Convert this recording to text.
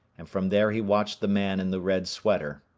and from there he watched the man in the red sweater.